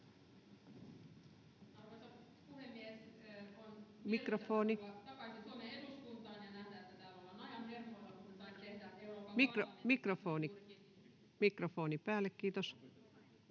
Mikrofoni päälle, kiitos.